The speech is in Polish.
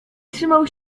trzymał